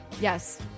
Yes